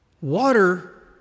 Water